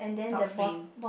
top frame